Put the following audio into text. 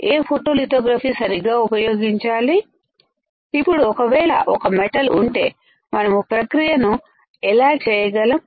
ఏ ఫొటోలితోగ్రాఫీసరిగ్గాఉపయోగించాలి ఇప్పుడు ఒకవేళ ఒక మెటల్ ఉంటే మనము ప్రక్రియను ఎలా చేయగలం